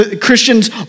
Christians